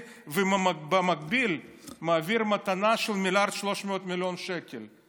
ובמקביל מעביר מתנה של 1.3 מיליארד שקל,